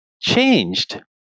changed